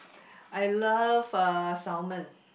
I love uh salmon